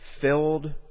filled